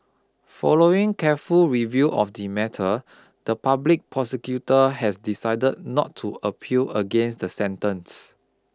following careful review of the matter the public prosecutor has decided not to appeal against the sentence